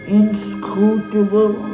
inscrutable